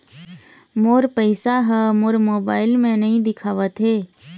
मोर पैसा ह मोर मोबाइल में नाई दिखावथे